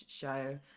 show